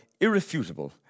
irrefutable